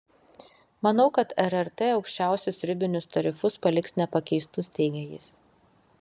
manau kad rrt aukščiausius ribinius tarifus paliks nepakeistus teigia jis